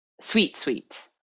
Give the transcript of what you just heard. sweet-sweet